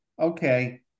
okay